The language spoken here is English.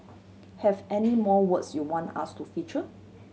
have any more words you want us to feature